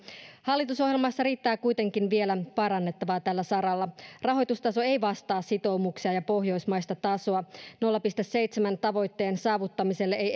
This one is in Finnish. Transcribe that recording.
hallitusohjelmassa riittää kuitenkin vielä parannettavaa tällä saralla rahoitustaso ei vastaa sitoumuksia ja pohjoismaista tasoa nolla pilkku seitsemän prosentin tavoitteen saavuttamiselle ei